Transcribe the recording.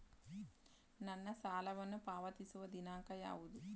ನನ್ನ ಸಾಲವನ್ನು ಪಾವತಿಸುವ ದಿನಾಂಕ ಯಾವುದು?